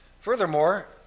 Furthermore